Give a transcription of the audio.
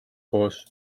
koos